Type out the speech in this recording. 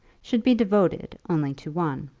should be devoted only to one.